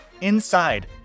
inside